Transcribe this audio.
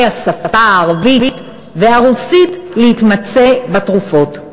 השפה הערבית והרוסית להתמצא בתרופות.